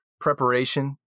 preparation